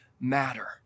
matter